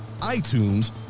iTunes